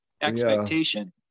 expectation